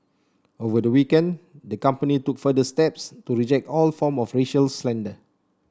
over the weekend the company took further steps to reject all form of racial slander